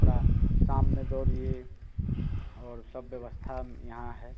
थोड़ा शाम में दौड़िए और सब व्यवस्था यहाँ है